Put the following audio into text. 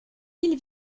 îles